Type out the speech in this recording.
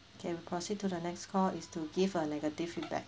can proceed to the next call is to give a negative feedback